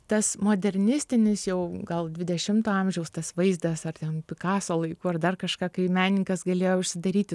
tas modernistinis jau gal dvidešimto amžiaus tas vaizdas ar ten pikaso laikų ar dar kažką kai menininkas galėjo užsidaryti